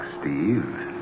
Steve